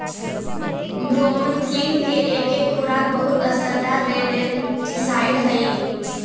bromethalin के एके खुराक बहुत असरदार रोडेंटिसाइड हई